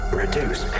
reduce